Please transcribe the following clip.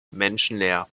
menschenleer